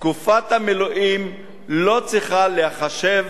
תקופת המילואים לא צריכה להיחשב